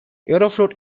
aeroflot